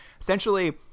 essentially